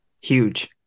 Huge